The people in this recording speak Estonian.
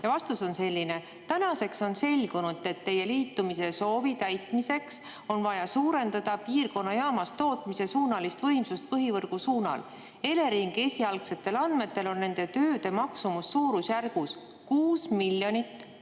Vastus on selline: "Tänaseks on selgunud, et teie liitumise soovi täitmiseks on vaja piirkonnaalajaamas suurendada tootmise suunalist võimsust põhivõrgu suunal. Eleringi esialgsetel andmetel on nende tööde maksumus suurusjärgus 6 288 000